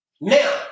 Now